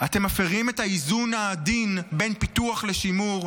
אתם מפירים את האיזון העדין בין פיתוח לשימור.